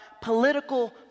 political